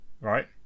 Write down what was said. Right